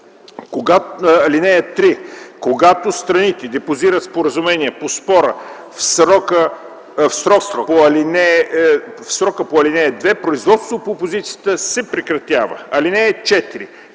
Когато страните депозират споразумение по спора в срока по ал. 2, производството по опозицията се прекратява.